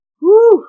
Woo